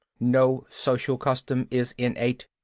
no social custom is innate.